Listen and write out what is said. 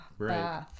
right